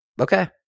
okay